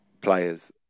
players